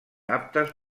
aptes